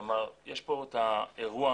יש פה את האירוע